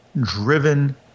driven